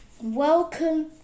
welcome